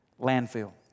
Landfill